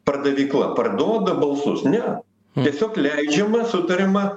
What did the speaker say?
pardavykla pardoda balsus ne tiesiog leidžiama sutariama